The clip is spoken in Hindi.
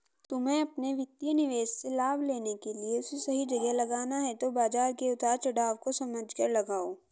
तुम्हे अपने वित्तीय निवेश से लाभ लेने के लिए उसे सही जगह लगाना है तो बाज़ार के उतार चड़ाव को समझकर लगाओ